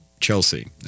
Chelsea